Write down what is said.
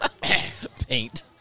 Paint